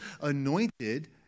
anointed